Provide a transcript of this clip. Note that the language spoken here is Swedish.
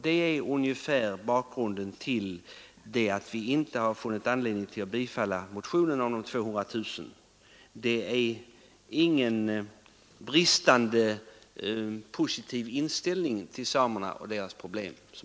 Detta är bakgrunden till att vi inte funnit anledning att tillstyrka motionernas krav på att anslaget skulle höjas med 200 000 kronor. Vi har alltså ingen negativ inställning till samerna och deras problem.